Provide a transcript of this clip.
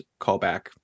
callback